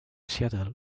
seattle